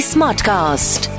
Smartcast